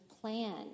plan